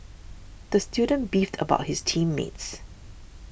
the student beefed about his team mates